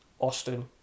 Austin